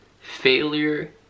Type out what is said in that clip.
failure